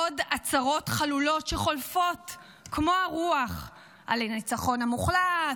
עוד הצהרות חלולות שחולפות כמו הרוח על הניצחון המוחלט,